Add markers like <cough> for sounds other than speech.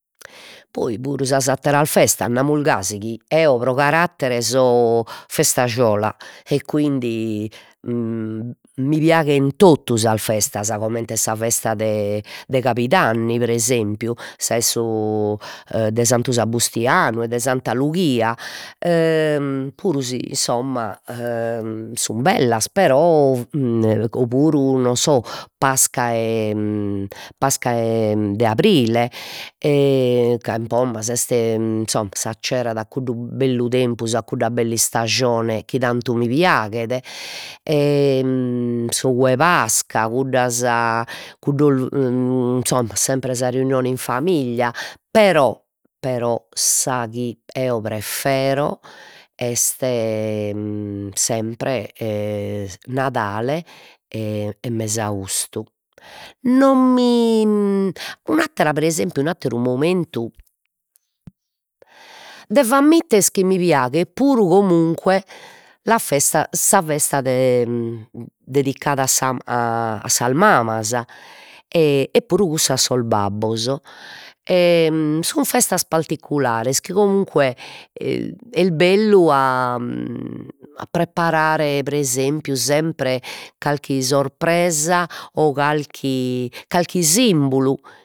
Poi puru sas atteras festas namus gasi chi, eo pro carattere so festajola e quindi <hesitation> mi piaghen totu sas festas, comente sa festa de de cabidanni pre esempiu, sa e su e de Santu Sabustianu e de Santa Lughia e <hesitation> puru si insomma e <hesitation> sun bellas però <hesitation> o puru non so Pasca e <hesitation> Pasca 'e de aprile e ca insomma s'est insomma s'accerat a cuddu bellu tempus, a cudda bella istajone chi tantu mi piaghet e, <hesitation> s'ou 'e Pasca, cuddas cuddos <hesitation> insomma sempre sa reunione in familia, però però sa chi eo preferzo est <hesitation> sempre e Nadale e e mesaustu, non mi un'attera pre esempiu un'atteru momentu, devo ammitter chi mi piaghet puru comunque la festa sa festa de- dedicada a sa a a sas mamas e puru cussa a sos babbos e sun festas particulare chi comunque e est bellu a a preparare pre esempiu sempre calchi surpresa o calchi calchi simbulu